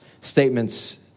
statements